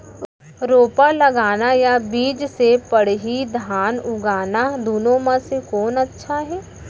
रोपा लगाना या बीज से पड़ही धान उगाना दुनो म से कोन अच्छा हे?